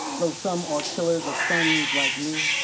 though some are killers of sons like me.